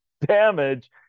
damage